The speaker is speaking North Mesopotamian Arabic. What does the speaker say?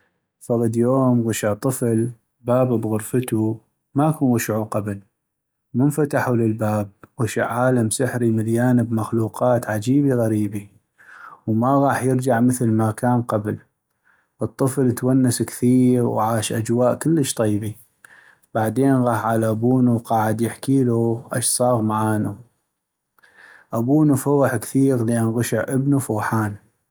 فغد يوم غشع طفل باب بغرفتو ما كن غشعو قبل ومن فتحو للباب غشع عالم سحري مليان بمخلوقات عجيبي غريبي، وما غاح يرجع مثل ما كان قبل ، الطفل تونس كثيغ وعاش أجواء كلش طيبي ، بعدين غاح على ابونو وقعد يحكيلو اش صاغ معانو، ابونو فغح كثيغ لأن غشع ابنو فغحان.